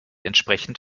entsprechend